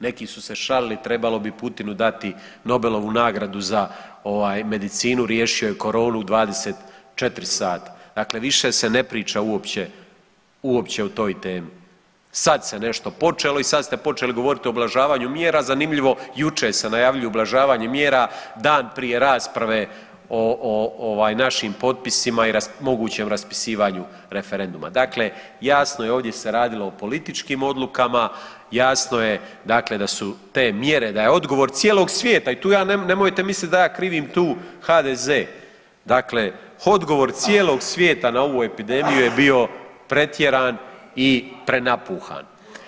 Neki su se šalili trebalo bi Putinu dati Nobelovu nagradu za ovaj medicinu, riješio je koronu u 24 sata, dakle više se ne priča uopće, uopće o toj temi, sad se nešto počelo i sad ste počeli govorit o ublažavanju mjera, zanimljivo jučer se najavljuje ublažavanje mjera, dan prije rasprave o ovaj našim potpisima i mogućem raspisivanju referenduma, dakle jasno je ovdje se radilo o političkim odlukama, jasno je dakle da su te mjere, da je odgovor cijelog svijeta i tu nemojte mislim da ja krivim tu HDZ, dakle odgovor cijelog svijeta na ovu epidemiju je bio pretjeran i prenapuhan.